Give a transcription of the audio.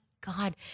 God